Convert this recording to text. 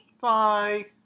Bye